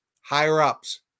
Higher-ups